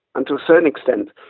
and to a certain extent,